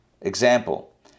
example